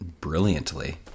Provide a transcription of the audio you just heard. brilliantly